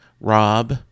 Rob